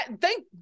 thank